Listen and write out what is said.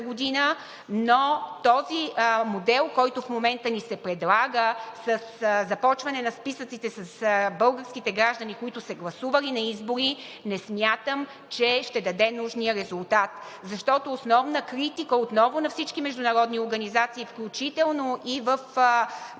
г., но този модел, който в момента ни се предлага, със започване на списъците с българските граждани, които са гласували на избори, не смятам, че ще даде нужния резултат. Защото основна критика отново на всички международни организации, включително и в